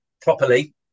properly